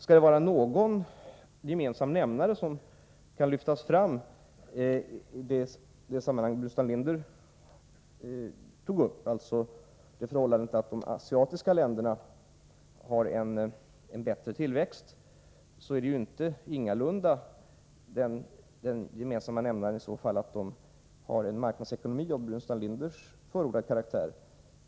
Om någon gemensam nämnare skall lyftas fram i det sammanhang som Burenstam Linder tog upp — nämligen förhållandet att de asiatiska länderna har en bättre tillväxt — är det ingalunda att dessa har en marknadsekonomi av den karaktär som Burenstam Linder förordade.